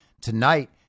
Tonight